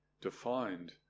defined